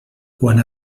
quan